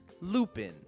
Lupin